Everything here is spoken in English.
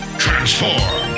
transform